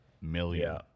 million